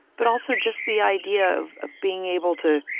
but also, just the idea of of being able to,